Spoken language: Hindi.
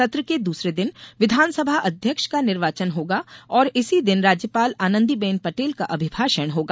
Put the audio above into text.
सत्र के दसरे दिन विधानसभा अध्यक्ष का निर्वाचन होगा और इसी दिन राज्यपाल आनंदीबेन पटेल का अभिभाषण होगा